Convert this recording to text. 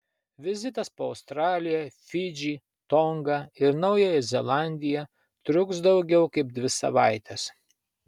vizitas po australiją fidžį tongą ir naująją zelandiją truks daugiau kaip dvi savaites